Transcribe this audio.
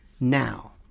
now